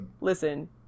listen